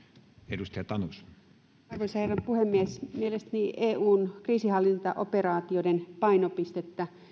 arvoisa herra puhemies mielestäni eun kriisinhallintaoperaatioiden painopistettä